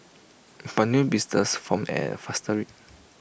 but new blisters form at faster rate